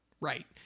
right